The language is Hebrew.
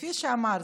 כפי שאמרתי,